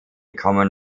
common